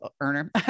earner